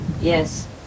Yes